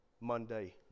monday